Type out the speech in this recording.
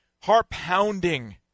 heart-pounding